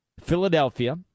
Philadelphia